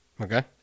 Okay